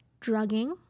drugging